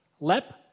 LEP